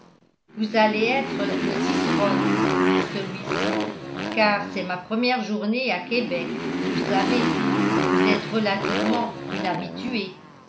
vous allez être le cicerone dit celui-ci car c'est ma première journée à québec vous savez et vous êtes relativement une habituée